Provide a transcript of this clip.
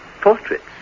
portraits